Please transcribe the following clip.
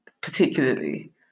particularly